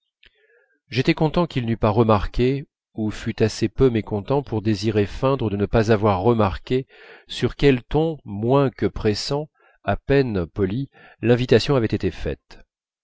j'étais content qu'il n'eût pas remarqué ou fût assez peu mécontent pour désirer feindre de ne pas avoir remarqué sur quel ton moins que pressant à peine poli l'invitation avait été faite